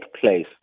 place